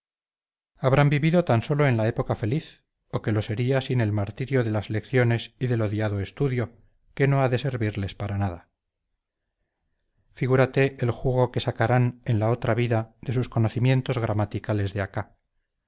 habrán vivido tan sólo en la época feliz o que lo sería sin el martirio de las lecciones y del odiado estudio que no ha de servirles para nada figúrate el jugo que sacarán en la otra vida de sus conocimientos gramaticales de acá